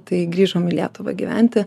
tai grįžom į lietuvą gyventi